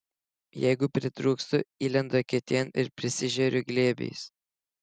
jeigu pritrūkstu įlendu eketėn ir prisižeriu glėbiais